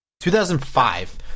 2005